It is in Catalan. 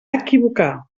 equivocar